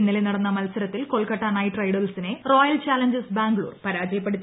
ഇന്നലെ നടന്ന മത്സരത്തിൽ കൊൽക്കത്ത നൈറ്റ് റൈഡേഴ്സിനെ റോയൽ ചലഞ്ചേഴ്സ് ബാംഗ്ലൂർ പരാജയപ്പെടുത്തി